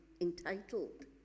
entitled